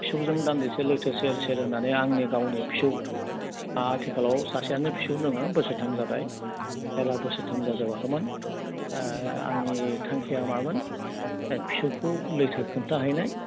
फिसौजों दानदिसे लैथो सेर सेर होननानै आंनि गावनि फिसौ आंहा आथिखालाव सासेयानो फिसौ दङ बोसोरथाम जाबाय जेब्ला बोसोरथाम जाजोबाखैमोन आंनि थांखिया मामोन फिसौखौ लैथो खिन्थाहैनाय